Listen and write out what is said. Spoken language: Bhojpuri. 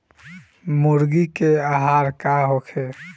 मुर्गी के आहार का होखे?